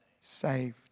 saved